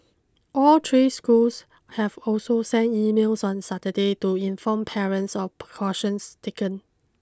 all three schools have also sent emails on Saturday to inform parents of precautions taken